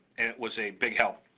was a big help.